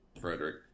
Frederick